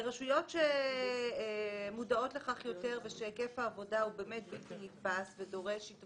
ברשויות שמודעות לכך יותר ושהיקף העבודה הוא באמת בלתי נתפס ומורכב,